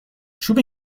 چوب